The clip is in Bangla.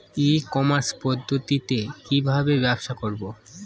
ই কমার্স পদ্ধতিতে কি ভাবে ব্যবসা করব?